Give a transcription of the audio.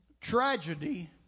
Tragedy